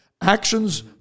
actions